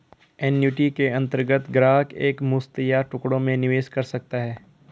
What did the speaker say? annuity के अंतर्गत ग्राहक एक मुश्त या टुकड़ों में निवेश कर सकता है